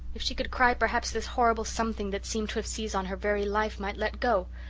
if she could cry perhaps this horrible something that seemed to have seized on her very life might let go.